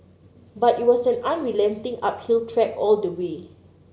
but it was an unrelenting uphill trek all the way